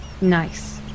Nice